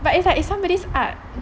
but it's like it's somebody's art